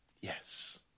Yes